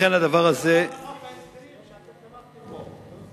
זה עבר בחוק ההסדרים שאתם תמכתם בו.